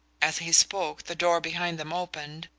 as he spoke the door behind them opened,